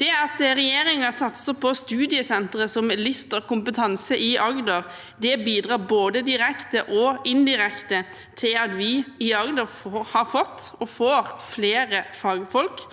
Det at regjeringen satser på studiesentre som Lister Kompetanse i Agder, bidrar både direkte og indirekte til at vi i Agder har fått og får flere fagfolk.